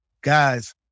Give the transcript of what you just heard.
guys